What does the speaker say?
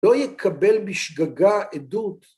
‫לא יקבל בשגגה עדות...